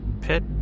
pit